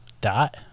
Dot